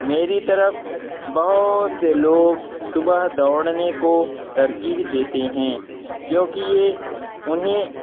میری طرف بہت سے لوگ صبح دوڑنے کو ترجیح دیتے ہیں کیونکہ یہ انہیں